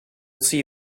see